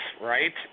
right